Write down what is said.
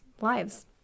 lives